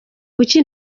kuki